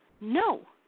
No